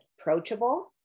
approachable